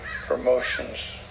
promotions